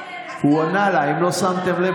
זה לא תמיד עניין של כספים,